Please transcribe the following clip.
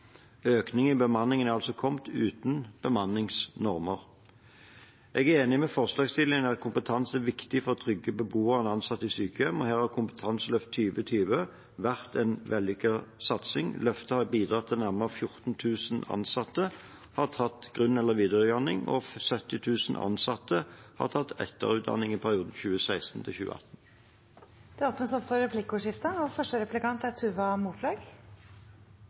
i bemanningen er altså kommet uten bemanningsnormer. Jeg er enig med forslagsstillerne i at kompetanse er viktig for å trygge beboerne og ansatte i sykehjem, og her har Kompetanseløft 2020 vært en vellykket satsing. Løftet har bidratt til at nærmere 14 000 ansatte har tatt grunn- eller videreutdanning og 70 000 ansatte har tatt etterutdanning i perioden 2016 til 2018. Det blir replikkordskifte. Regjeringen har i statsbudsjettet for